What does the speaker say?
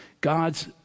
God's